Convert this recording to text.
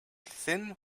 thin